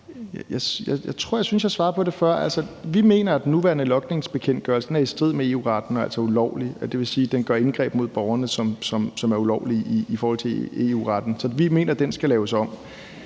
jeg synes, jeg svarede på det før. Altså, vi mener, at den nuværende logningsbekendtgørelse er i strid med EU-retten og altså ulovlig, det vil sige, den gør indgreb mod borgerne, som er ulovlige i forhold til EU-retten, så vi mener, den skal laves om.